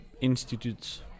institutes